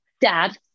Dad